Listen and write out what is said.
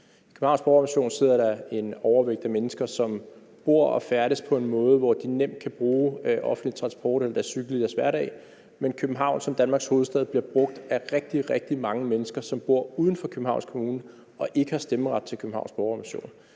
I Københavns Borgerrepræsentation sidder der en overvægt af mennesker, som bor og færdes på en måde, hvor de nemt kan bruge offentlige transport eller deres cykel i deres hverdag, men København som Danmarks hovedstad bliver brugt af rigtig, rigtig mange mennesker, som bor uden for Københavns Kommune og ikke har stemmeret til Københavns Borgerrepræsentation.